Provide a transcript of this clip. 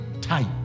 time